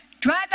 drive